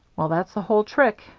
well, that's the whole trick.